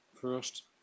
First